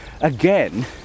again